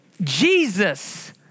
Jesus